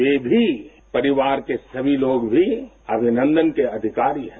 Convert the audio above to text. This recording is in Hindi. वे भी परिवार के सभी लोग भी अभिनंदन के अधिकारी हैं